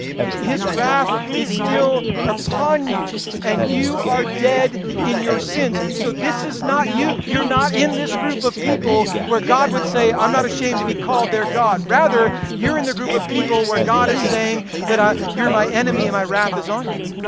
his wrath is still upon you and you are dead in your sins, so this is not you. you're not in this group of people where god would say, i'm not ashamed to be called their god, rather you're in the group of people where god is saying that you're my enemy and my wrath is on you.